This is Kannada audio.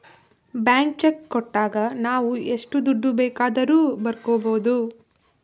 ಬ್ಲಾಂಕ್ ಚೆಕ್ ಕೊಟ್ಟಾಗ ನಾವು ಎಷ್ಟು ದುಡ್ಡು ಬೇಕಾದರೂ ಬರ್ಕೊ ಬೋದು